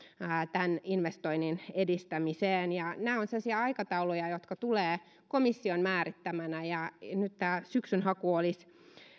tämän investoinnin edistämiseen ja nämä ovat sellaisia aikatauluja jotka tulevat komission määrittäminä nyt tämä syksyn haku olisi